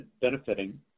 benefiting